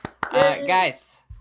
guys